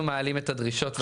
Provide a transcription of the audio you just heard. אנחנו מעלים את הדרישות.